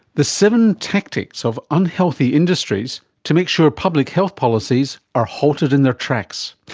the seven tactics of unhealthy industries to make sure public health policies are halted in their tracks.